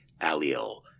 allele